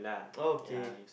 okay